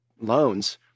loans